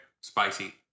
spicy